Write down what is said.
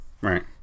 Right